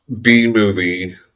B-movie